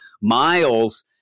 Miles